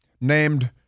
named